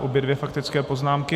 Obě dvě faktické poznámky.